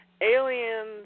alien